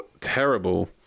terrible